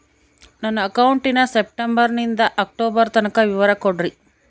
ನನ್ನ ಅಕೌಂಟಿನ ಸೆಪ್ಟೆಂಬರನಿಂದ ಅಕ್ಟೋಬರ್ ತನಕ ವಿವರ ಕೊಡ್ರಿ?